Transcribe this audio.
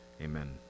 Amen